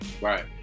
right